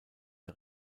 der